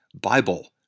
Bible